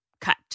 cut